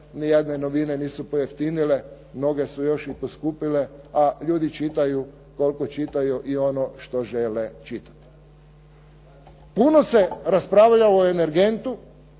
nijedne novine nisu pojeftinile, mnoge su još i poskupile a ljudi čitaju koliko čitaju i ono što žele čitati. Puno se raspravlja o energentu